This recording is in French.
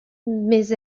mais